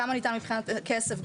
כמה ניתן מבחינת כסף?